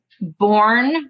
born